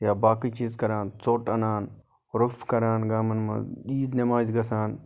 یا باقٕے چیٖز کَران ژوٚٹ اَنان روٚف کَران گامَن مَنٛز عیٖد نیٚمازِ گژھان